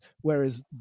whereas